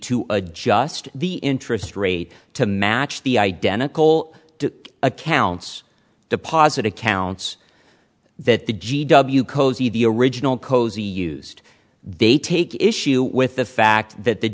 to adjust the interest rate to match the identical to accounts deposit accounts that the g w cosey the original cosey used they take issue with the fact that the